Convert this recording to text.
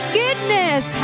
goodness